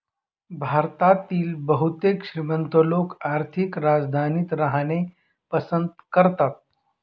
भारतातील बहुतेक श्रीमंत लोक आर्थिक राजधानीत राहणे पसंत करतात